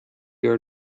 your